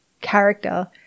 character